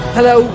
Hello